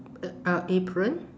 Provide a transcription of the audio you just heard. uh ah apron